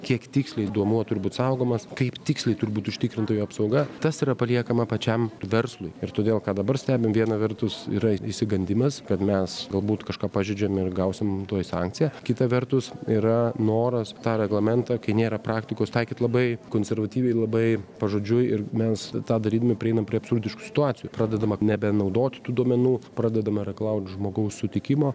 kiek tiksliai duomuo turbūt saugomas kaip tiksliai turi būt užtikrintojo apsauga tas yra paliekama pačiam verslui ir todėl ką dabar stebim viena vertus yra išsigandimas kad mes galbūt kažką pažeidžiame ir gausim tuoj sankciją kita vertus yra noras tą reglamentą kai nėra praktikos taikyti labai konservatyviai labai pažodžiui ir mes tą darydami prieiname prie absurdiškų situacijų pradedama nebenaudoti tų duomenų pradedama reikalauti žmogaus sutikimo